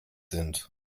sind